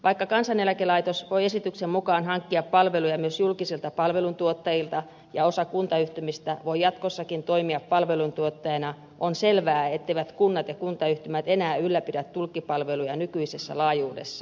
vaikka kansaneläkelaitos voi esityksen mukaan hankkia palveluja myös julkisilta palveluntuottajilta ja osa kuntayhtymistä voi jatkossakin toimia palveluntuottajana on selvää etteivät kunnat ja kuntayhtymät enää ylläpidä tulkkipalveluja nykyisessä laajuudessa